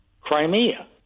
Crimea